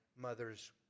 mother's